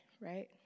right